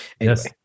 yes